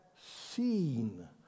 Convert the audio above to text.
seen